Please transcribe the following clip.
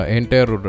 entire